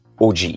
OG